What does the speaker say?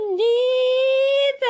need